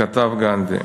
כתב גנדי: